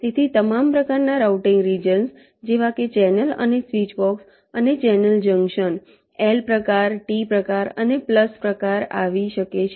તેથી તમામ પ્રકારના રાઉટીંગ રિજન્સ જેવા કે ચેનલ અને સ્વીચબોક્સ અને ચેનલ જંકશન L પ્રકાર T પ્રકાર અને પ્લસ પ્રકાર આવી શકે છે